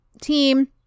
team